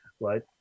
right